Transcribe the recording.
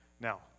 Now